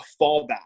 fallback